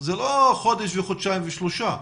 זה לא חודש וחודשיים ושלושה,